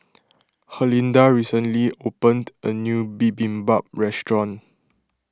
Herlinda recently opened a new Bibimbap restaurant